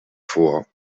vor